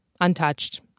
untouched